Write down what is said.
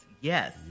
Yes